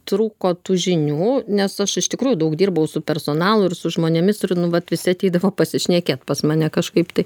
trūko tų žinių nes aš iš tikrųjų daug dirbau su personalu ir su žmonėmis ir nu vat visi ateidavo pasišnekėt pas mane kažkaip tai